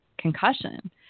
concussion